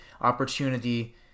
opportunity